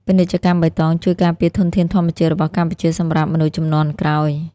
ពាណិជ្ជកម្មបៃតងជួយការពារធនធានធម្មជាតិរបស់កម្ពុជាសម្រាប់មនុស្សជំនាន់ក្រោយ។